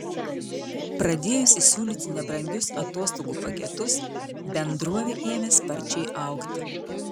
pradėjusi siūlyti nebrangius atostogų paketus bendrovė ėmė sparčiai augti